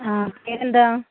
ആ പേരെന്താ